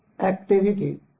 activity